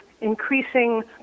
increasing